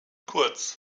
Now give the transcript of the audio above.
kurz